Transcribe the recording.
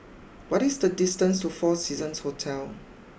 what is the distance to four Seasons Hotel